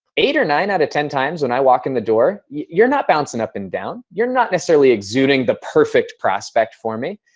eight or nine out of ten times when i walk in the door, you're not bouncing up and down. you're not necessarily exuding the perfect prospect for me.